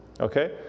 Okay